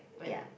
ya